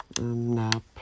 nap